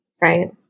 right